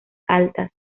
altas